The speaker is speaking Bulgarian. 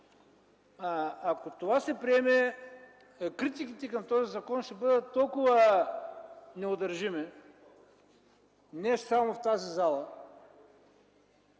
Ако това се приеме, критиките към този закон ще бъдат неудържими не само в тази зала.